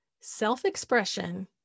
self-expression